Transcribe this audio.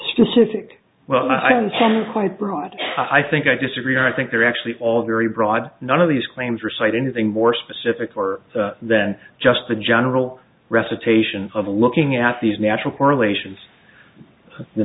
specific well i don't quite broad i think i disagree i think they're actually all very broad none of these claims recite anything more specific or than just the general recitation of looking at these natural correlations the